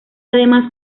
además